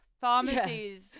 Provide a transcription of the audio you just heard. pharmacies